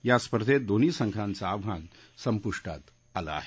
या स्पर्धेत या दोन्ही संघांचं आव्हान संपुष्टात आलं आहे